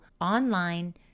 online